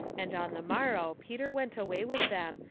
and on the morrow peter went away with them,